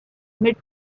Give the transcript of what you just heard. mid